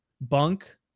Bunk